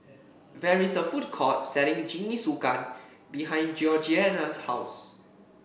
there is a food court selling Jingisukan behind Georgianna's house